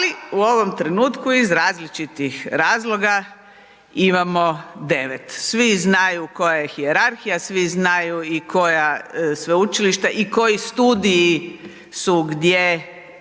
ali u ovom trenutku iz različitih razloga ima 9. Svi znaju koja je hijerarhija, svi znaju i koja sveučilišta i koji studiji su gdje